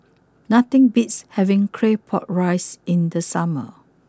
nothing beats having Claypot Rice in the summer